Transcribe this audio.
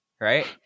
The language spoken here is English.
right